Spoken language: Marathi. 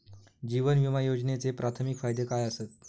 जीवन विमा योजनेचे प्राथमिक फायदे काय आसत?